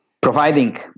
providing